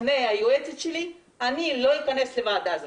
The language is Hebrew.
בפני היועצת שלי אני לא אכנס לוועדה הזאת.